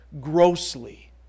grossly